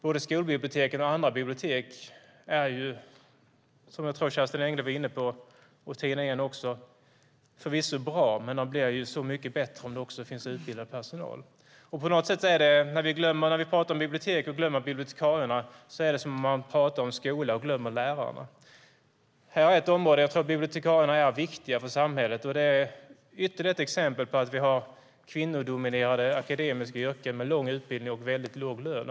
Både skolbiblioteken och andra bibliotek är förvisso bra, men de blir så mycket bättre om där finns utbildad personal; det var Kerstin Engle och Tina Ehn också inne på. När vi pratar om bibliotek och glömmer bibliotekarierna är det som att prata om skolan och glömma lärarna. Jag tror att bibliotekarierna är viktiga för samhället. Det är ytterligare ett exempel på ett kvinnodominerat akademiskt yrke med lång utbildning och väldigt låg lön.